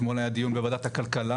אתמול היה דיון בוועדת הכלכלה,